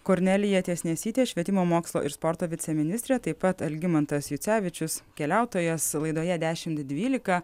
kornelija tiesnesytė švietimo mokslo ir sporto viceministrė taip pat algimantas jucevičius keliautojas laidoje dešimt dvylika